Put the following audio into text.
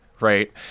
Right